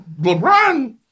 LeBron